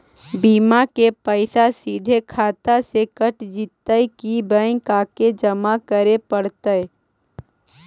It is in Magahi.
बिमा के पैसा सिधे खाता से कट जितै कि बैंक आके जमा करे पड़तै?